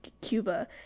Cuba